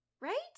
Right